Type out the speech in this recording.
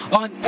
on